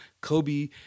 Kobe